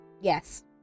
Yes